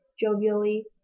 jovially